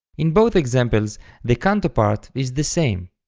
in both examples the canto part is the same,